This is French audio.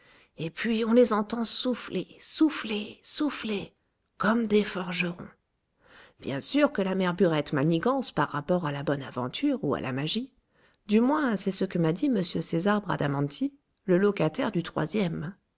et puis on les entend souffler souffler souffler comme des forgerons bien sûr que la mère burette manigance par rapport à la bonne aventure ou à la magie du moins c'est ce que m'a dit m césar bradamanti le locataire du troisième